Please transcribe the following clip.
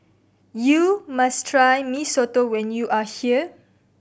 you must try Mee Soto when you are here